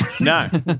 No